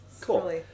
Cool